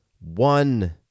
one